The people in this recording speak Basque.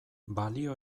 balio